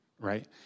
right